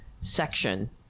section